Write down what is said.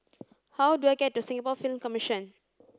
how do I get to Singapore Film Commission